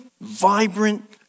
vibrant